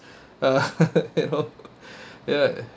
you know ya